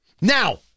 Now